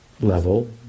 level